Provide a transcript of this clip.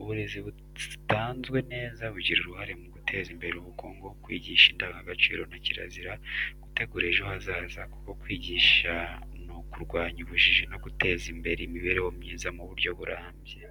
Uburezi butanzwe neza bugira uruhare mu guteza imbere ubukungu, kwigisha indangagaciro na kirazira, gutegura ejo hazaza kuko kwigisha ni ukurwanya ubujiji no guteza imbere imibereho myiza mu buryo burambye.